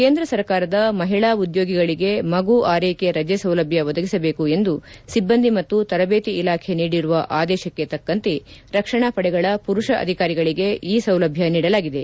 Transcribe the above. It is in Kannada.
ಕೇಂದ್ರ ಸರ್ಕಾರದ ಮಹಿಳಾ ಉದ್ಲೋಗಿಗಳಿಗೆ ಮಗು ಆರ್ಲೆಕೆ ರಜೆ ಸೌಲಭ್ಯ ಒದಗಿಸಬೇಕು ಎಂದು ಸಿಬ್ಬಂದಿ ಮತ್ತು ತರಬೇತಿ ಇಲಾಖೆ ನೀಡಿರುವ ಆದೇಶಕ್ಕೆ ತಕ್ಕಂತೆ ರಕ್ಷಣಾ ಪಡೆಗಳ ಪುರುಷ ಅಧಿಕಾರಿಗಳಿಗೆ ಈ ಸೌಲಭ್ಯ ನೀಡಲಾಗಿದೆ